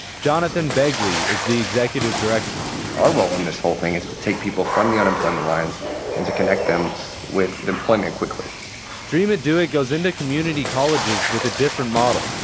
jonathan begley is the executive director our role in this whole thing is to take people from the unemployment lines and to connect them with employment quickly dream it do it goes into community colleges with a different model.